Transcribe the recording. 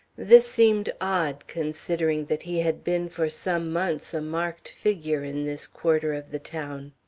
this seemed odd, considering that he had been for some months a marked figure in this quarter of the town.